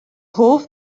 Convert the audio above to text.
hoff